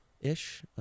ish